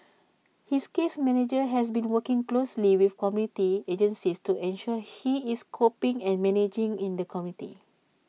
his case manager has been working closely with community agencies to ensure he is coping and managing in the community